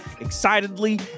excitedly